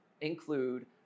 include